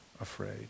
afraid